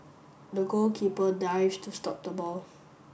the goalkeeper dived to stop the ball